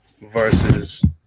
versus